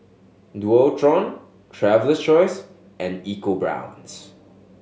Dualtron Traveler's Choice and EcoBrown's